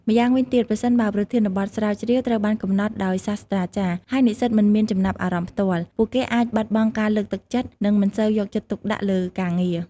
ម្យ៉ាងវិញទៀត ប្រសិនបើប្រធានបទស្រាវជ្រាវត្រូវបានកំណត់ដោយសាស្ត្រាចារ្យ ហើយនិស្សិតមិនមានចំណាប់អារម្មណ៍ផ្ទាល់ ពួកគេអាចបាត់បង់ការលើកទឹកចិត្ត និងមិនសូវយកចិត្តទុកដាក់លើការងារ។